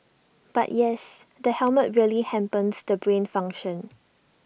but yes the helmet really hampers the brain function